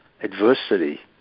adversity